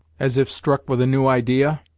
as if struck with a new idea.